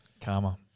Karma